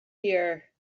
here